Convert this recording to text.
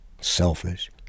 selfish